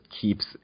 keeps